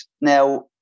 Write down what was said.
Now